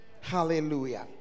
Hallelujah